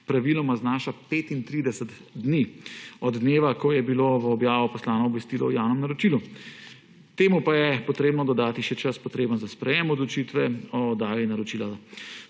praviloma znaša 35 dni od dneva, ko je bilo v objavo poslano obvestilo o javnem naročilu. Temu pa je treba dodati še čas, potreben za sprejem odločitve o oddaji naročila.